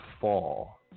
fall